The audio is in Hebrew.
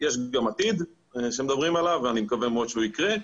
יש --- שמדברים עליו ואני מקווה מאוד שהוא יקרה,